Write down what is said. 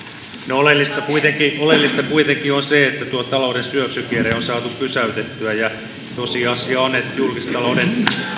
oleellista kuitenkin oleellista kuitenkin on se että tuo talouden syöksykierre on saatu pysäytettyä ja tosiasia on että julkistalouden